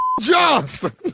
Johnson